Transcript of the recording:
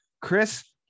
chris